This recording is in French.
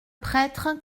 prêtre